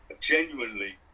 genuinely